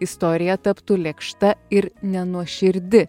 istorija taptų lėkšta ir nenuoširdi